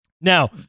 Now